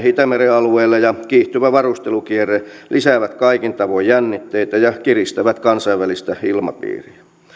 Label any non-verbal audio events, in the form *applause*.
*unintelligible* itämeren alueelle ja kiihtyvä varustelukierre lisäävät kaikin tavoin jännitteitä ja kiristävät kansainvälistä ilmapiiriä